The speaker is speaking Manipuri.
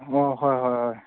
ꯑꯣ ꯍꯣꯏ ꯍꯣꯏ ꯍꯣꯏ